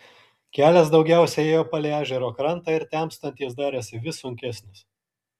kelias daugiausiai ėjo palei ežero krantą ir temstant jis darėsi vis sunkesnis